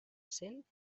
cent